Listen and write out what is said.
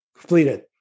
completed